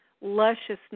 lusciousness